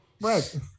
Right